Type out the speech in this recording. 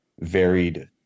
varied